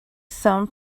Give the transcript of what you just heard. some